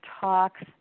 talks